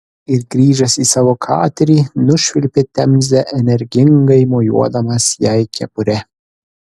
ir grįžęs į savo katerį nušvilpė temze energingai mojuodamas jai kepure